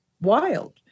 wild